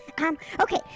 Okay